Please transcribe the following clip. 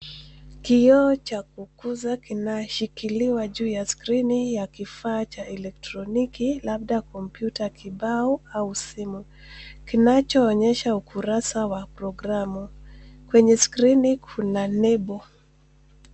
Kioo cha kukuza kinashikiliwa juu ya skrini ya kifaa cha elektroniki labda kompyuta kibao au simu kinachoonyesha ukurasa wa programu. Kwenye skrini kuna nebo.